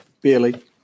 Barely